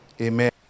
Amen